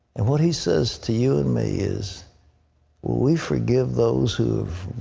and what he says to you and me is, will we forgive those who have